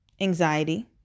anxiety